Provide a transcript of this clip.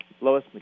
Lois